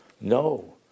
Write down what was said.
No